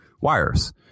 wires